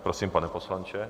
Prosím, pane poslanče.